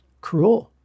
cruel